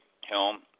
Helm